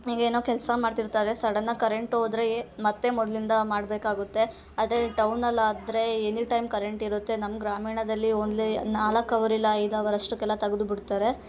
ಈಗೇನೋ ಕೆಲಸ ಮಾಡ್ತಿರ್ತಾರೆ ಸಡನ್ನಾಗಿ ಕರೆಂಟ್ ಹೋದ್ರೆ ಮತ್ತು ಮೊದಲಿಂದ ಮಾಡಬೇಕಾಗುತ್ತೆ ಅದೇ ಟೌನಲ್ಲಾದರೆ ಎನಿ ಟೈಮ್ ಕರೆಂಟ್ ಇರುತ್ತೆ ನಮ್ಮ ಗ್ರಾಮೀಣದಲ್ಲಿ ಓನ್ಲಿ ನಾಲ್ಕು ಅವರ್ ಇಲ್ಲ ಐದು ಅವರ್ ಅಷ್ಟಕ್ಕೆಲ್ಲ ತೆಗೆದ್ಬಿಡ್ತಾರೆ